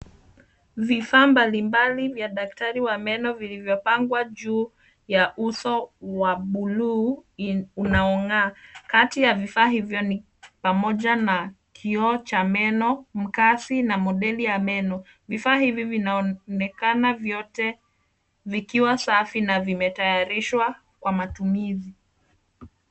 Vifaa mbali mbali vya daktari wa meno vilivyo pangwa juu ya uso wa bluu unaongaa. Kati ya vifaa hivi ni pamoja na kioo cha meno mkazi na model ya meno. Vifaa hivi vinaonekana vyote vikiwa safi na vimetayarishwa kwa matumizi.